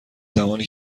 زمانی